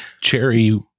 cherry